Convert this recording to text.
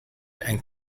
and